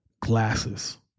glasses